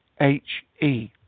h-e